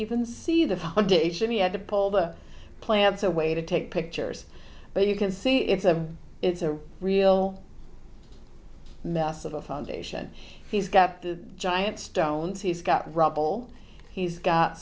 even see the foundation he had to pull the plants away to take pictures but you can see it's a it's a real mess of a foundation he's got the giant stones he's got rubble he's got